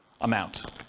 amount